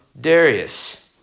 darius